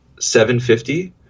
750